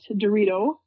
Dorito